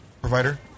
provider